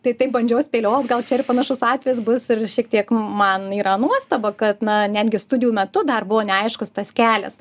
tai taip bandžiau spėliot gal čia ir panašus atvejis bus ir šiek tiek man yra nuostaba kad na netgi studijų metu dar buvo neaiškus tas kelias